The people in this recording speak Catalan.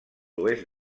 oest